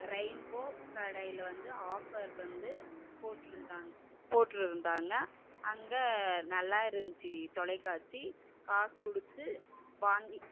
rainbow கடையில் வந்து offer வந்து போட்டிருந்தாங் போட்டிருந்தாங்க அங்கே நல்லா இருந்துச்சி தொலைக்காட்சி காசு கொடுத்து வாங்கி